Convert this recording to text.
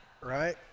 right